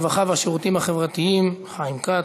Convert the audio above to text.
הרווחה והשירותים החברתיים חיים כץ,